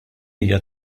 hija